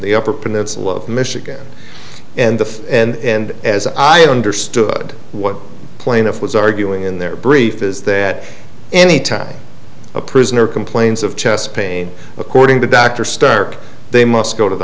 the upper peninsula of michigan and the and as i understood what plaintiff was arguing in their brief is that any time a prisoner complains of chest pain according to dr stark they must go to the